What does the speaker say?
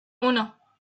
uno